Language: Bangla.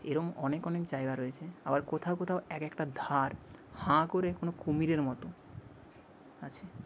এরকম অনেক অনেক জায়গা রয়েছে আবার কোথাও কোথাও এক একটা ধার হাঁ করে কোনও কুমিরের মতো আছে